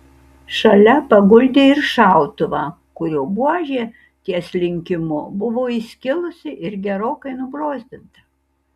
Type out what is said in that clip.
šalia paguldė ir šautuvą kurio buožė ties linkimu buvo įskilusi ir gerokai nubrozdinta